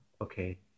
okay